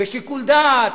בשיקול דעת,